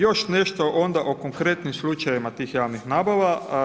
Još nešto onda o konkretnim slučajevima tih javnih nabava.